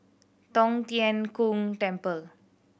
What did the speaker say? Tong Tien Kung Temple